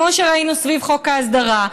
כמו שראינו סביב חוק ההסדרה,